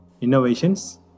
innovations